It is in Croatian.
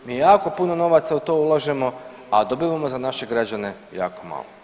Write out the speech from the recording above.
Mi jako puno novaca u to ulažemo, a dobivamo za naše građane jako malo.